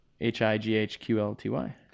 H-I-G-H-Q-L-T-Y